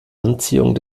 anziehung